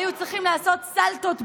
היו צריכים לעשות סלטות באוויר,